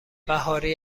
بهاری